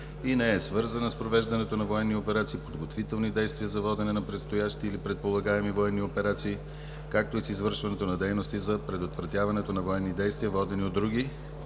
и не е свързана с провеждането на военни операции, подготвителни действия за водене на предстоящи или предполагаеми военни операции, както и с извършването на дейности за предотвратяването на военни действия, водени от други